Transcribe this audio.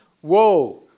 Whoa